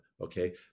okay